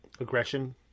aggression